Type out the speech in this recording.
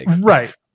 Right